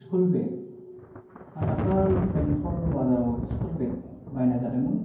school bag आं दाखालि बेंथल बाजाराव स्कुल बेग बायनाय जादोंमोन